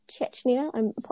Chechnya